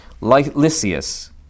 Lysias